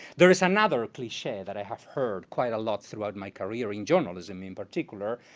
there is another cliche that i have heard quite a lot throughout my career in journalism, in particular.